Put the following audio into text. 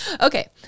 Okay